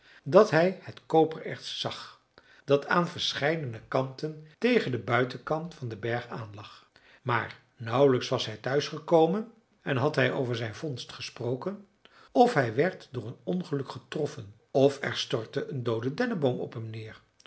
dat hij het kopererts zag dat aan verscheidene kanten tegen den buitenkant van den berg aanlag maar nauwlijks was hij thuis gekomen en had hij over zijn vondst gesproken of hij werd door een ongeluk getroffen f er stortte een doode denneboom op hem neer